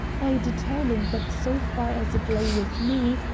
i determined that so far as it lay with me,